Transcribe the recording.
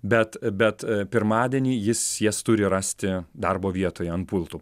bet bet pirmadienį jis jas turi rasti darbo vietoje ant pulto